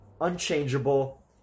unchangeable